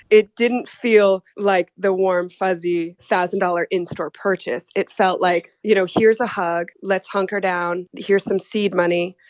it didn't feel like the warm fuzzy thousand-dollar in-store purchase. it felt like, you know, here's a hug. let's hunker down. here's some seed money.